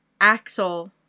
Axel